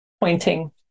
pointing